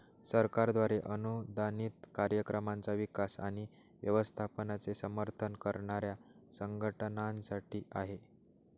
सरकारद्वारे अनुदानित कार्यक्रमांचा विकास आणि व्यवस्थापनाचे समर्थन करणाऱ्या संघटनांसाठी आहे